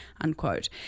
unquote